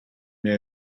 may